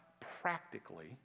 practically